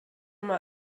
mal